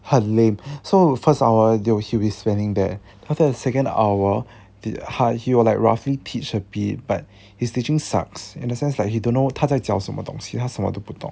很 lame so first hour they will he'll be spending there then after that second hour the 他 he will like roughly teach a bit but his teaching sucks in the sense like he don't know 他在教什么东西他什么都不懂